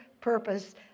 purpose